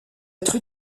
être